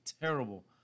terrible